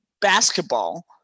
basketball